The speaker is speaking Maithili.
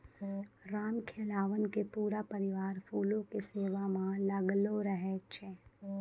रामखेलावन के पूरा परिवार फूलो के सेवा म लागलो रहै छै